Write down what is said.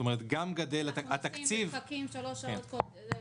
גם גדל התקציב --- הנוסעים מחכים שלוש שעות קודם וכולי,